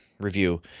review